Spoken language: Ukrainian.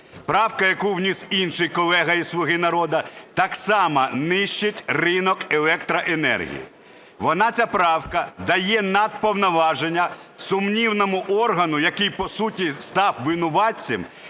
Правка, яку вніс інший колега із "Слуги народу", так само нищить ринок електроенергії. Вона ця правка дає надповноваження сумнівному органу, який по суті став винуватцем